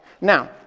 Now